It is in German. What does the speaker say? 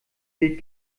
gilt